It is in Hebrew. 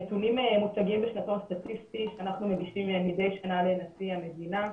הנתונים מוצגים בשנתון סטטיסטי שאנחנו מגישים מדי שנה לנשיא המדינה.